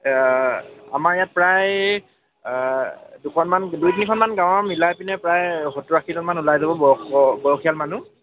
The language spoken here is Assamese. আমাৰ ইয়াত প্ৰায় দুখনমান দুই তিনিখনমান গাঁৱৰ মিলাই পিনে প্ৰায় সত্তৰ আশীজনমান ওলাই যাব বয় বয়সীয়াল মানুহ